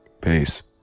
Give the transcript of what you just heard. Peace